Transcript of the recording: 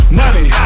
money